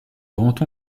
grand